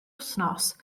wythnos